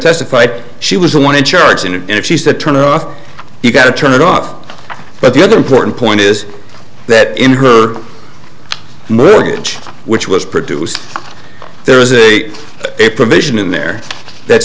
testified she was the one in charge and if she said turn it off you've got to turn it off but the other important point is that in her murder which which was produced there is a provision in there that